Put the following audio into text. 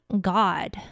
God